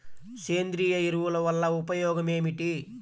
సేంద్రీయ ఎరువుల వల్ల ఉపయోగమేమిటీ?